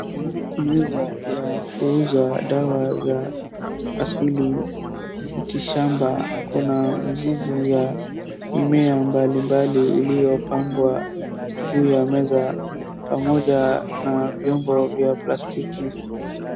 Meza ya kuuza dawa za asili, miti shamba. Kuna mizizi ya mimea mbalimbali iliyopangwa juu ya meza pamoja na vyombo vya plastiki.